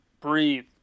breathe